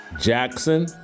Jackson